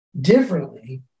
differently